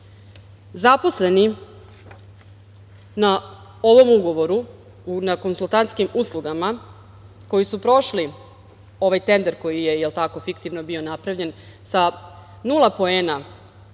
Zaposleni na ovom ugovoru na konsultantskim uslugama koji su prošli ovaj tender koji je fiktivno bio napravljen sa nula poena